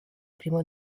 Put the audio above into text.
primo